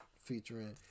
featuring